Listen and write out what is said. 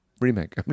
remake